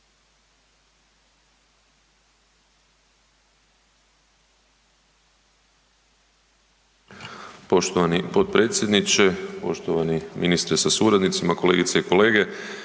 Poštovani potpredsjedniče, poštovani državni tajniče, kolegice i kolege.